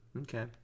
Okay